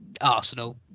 Arsenal